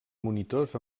monitors